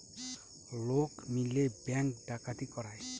লোক মিলে ব্যাঙ্ক ডাকাতি করায়